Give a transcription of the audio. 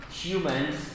humans